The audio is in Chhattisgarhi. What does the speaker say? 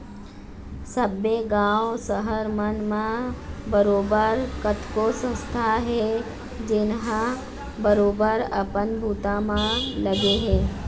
सब्बे गाँव, सहर मन म बरोबर कतको संस्था हे जेनहा बरोबर अपन बूता म लगे हे